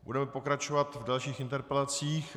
Budeme pokračovat v dalších interpelacích.